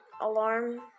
alarm